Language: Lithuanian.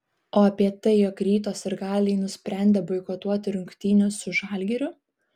o apie tai jog ryto sirgaliai nusprendė boikotuoti rungtynes su žalgiriu